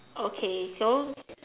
okay so